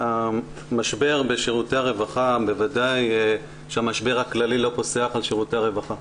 המשבר בשירותי הרווחה ודאי שהמשבר הכללי לא פוסח על שירותי הרווחה,